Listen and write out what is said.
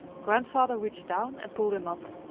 grandfather reached down and pulled him up.